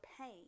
pain